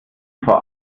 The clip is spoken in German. vor